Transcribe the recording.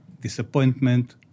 disappointment